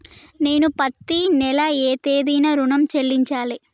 నేను పత్తి నెల ఏ తేదీనా ఋణం చెల్లించాలి?